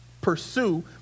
pursue